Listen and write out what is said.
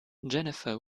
jennifer